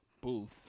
Booth